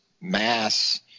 mass